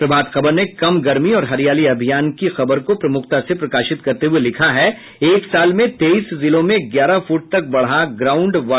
प्रभात खबर ने कम गर्मी और हरियाली अभियान की खबर को प्रमुखता से प्रकाशित करते हुये लिखा है एक साल में तेईस जिलों में ग्यारह फुट तक बढ़ा ग्राउड वाटर लेवल